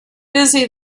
busy